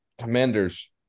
Commander's